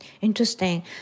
Interesting